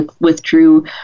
withdrew